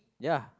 ya